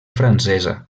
francesa